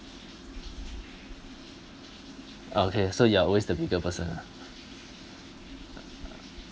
okay so you are always the bigger person ah